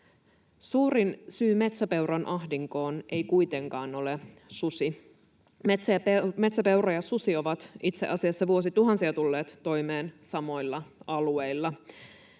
Suurin syy metsäpeuran ahdinkoon ei kuitenkaan ole susi. Metsäpeura ja susi ovat itse asiassa vuosituhansia tulleet toimeen samoilla alueilla.